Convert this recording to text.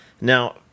Now